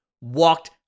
Walked